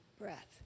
breath